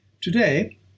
Today